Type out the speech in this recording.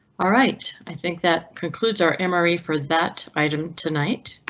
alright, i think that concludes our emory for that item tonight.